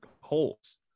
holes